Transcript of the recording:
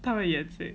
他们也